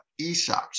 ESOPs